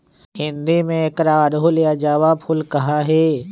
हिंदी में एकरा अड़हुल या जावा फुल कहा ही